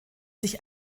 sich